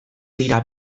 dira